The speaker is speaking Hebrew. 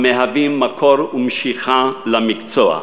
שהם מקור משיכה למקצוע.